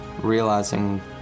Realizing